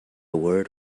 word